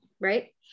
right